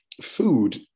food